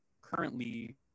currently